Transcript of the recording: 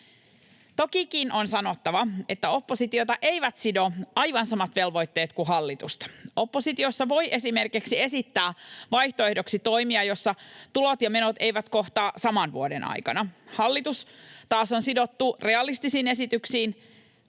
Tokikin on sanottava, että oppositiota eivät sido aivan samat velvoitteet kuin hallitusta. Oppositiossa voi esimerkiksi esittää vaihtoehdoksi toimia, joissa tulot ja menot eivät kohtaa saman vuoden aikana. Hallitus taas on sidottu realistisiin esityksiin.